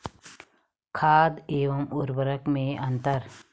खाद एवं उर्वरक में अंतर?